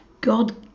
God